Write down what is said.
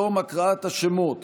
בתום הקראת השמות